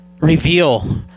reveal